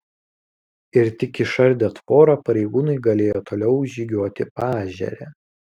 ir tik išardę tvorą pareigūnai galėjo toliau žygiuoti paežere